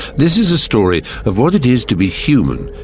this is a story of what it is to be human,